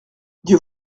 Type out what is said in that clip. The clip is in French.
dieu